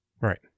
Right